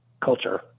culture